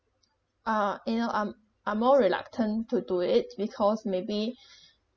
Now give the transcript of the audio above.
ah you know um are more reluctant to do it because maybe